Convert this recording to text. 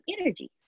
energy